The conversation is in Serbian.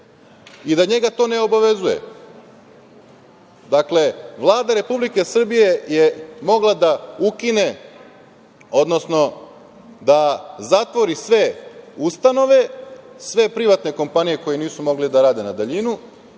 i da njega to ne obavezuje. Dakle, Vlada Republike Srbije je mogla da ukine, odnosno da zatvori sve ustanove, sve privatne kompanije koje nisu mogle da rade na daljinu,